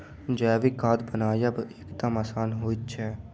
जैविक खाद बनायब एकदम आसान होइत छै